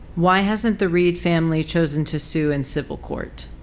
why hasn't the reed family chosen to sue in civil court?